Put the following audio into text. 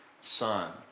son